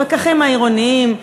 הפקחים העירוניים,